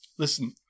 Listen